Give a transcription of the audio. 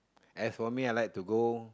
as for me I like to go